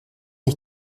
ich